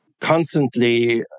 constantly